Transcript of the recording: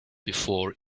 before